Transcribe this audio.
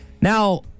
Now